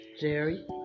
Jerry